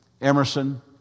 Emerson